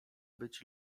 być